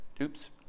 Oops